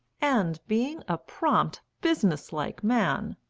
and, being a prompt, business-like man,